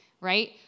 right